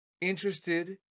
interested